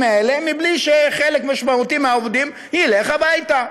האלה בלי שחלק משמעותי מהעובדים ילך הביתה.